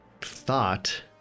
thought